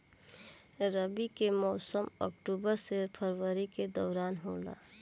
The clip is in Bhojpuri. रबी के मौसम अक्टूबर से फरवरी के दौरान होला